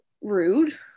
rude